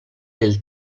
del